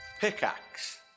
Pickaxe